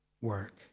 work